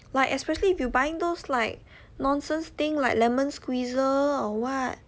like especially if you're buying those like nonsense thing like lemon squeezer or what